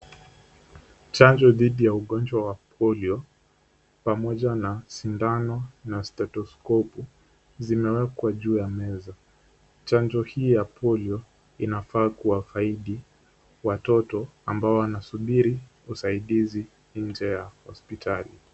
Chanjo dhidi ya ugonjwa wa polio pamoja na sindano na stetoskopu, zimewekwa juu ya meza. Chanjo hii ya polio inafaa kuwafaidi watoto ambao wanasubiri usaidizi nje ya hospitali.